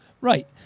Right